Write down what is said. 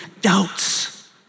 doubts